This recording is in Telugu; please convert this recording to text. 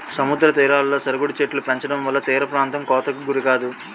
సముద్ర తీరాలలో సరుగుడు చెట్టులు పెంచడంవల్ల తీరప్రాంతం కోతకు గురికాదు